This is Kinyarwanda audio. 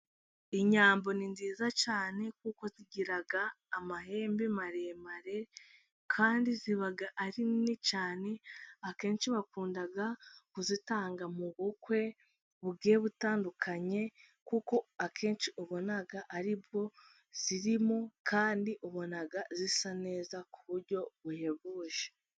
Inyambo ni nziza cyane kuko zigira amahembe maremare kandi ziba ari nini cyane, akenshi bakunda kuzitanga mu bukwe bugiye butandukanye kuko akenshi ubona ari bwo zirimo, kandi ubona zisa neza ku buryo buhebuje.